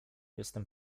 jestem